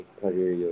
career